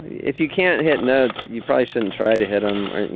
if you can't hit notes, you price and try to hit them you